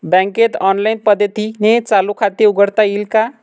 बँकेत ऑनलाईन पद्धतीने चालू खाते उघडता येईल का?